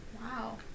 Wow